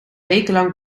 wekenlang